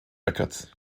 records